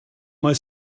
mae